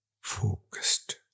focused